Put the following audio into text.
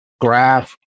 graph